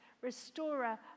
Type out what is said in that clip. restorer